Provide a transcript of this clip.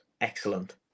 excellent